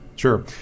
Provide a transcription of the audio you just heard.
Sure